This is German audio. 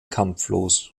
kampflos